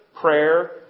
prayer